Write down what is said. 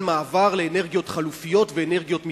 מעבר לאנרגיות חלופיות ואנרגיות מתחדשות.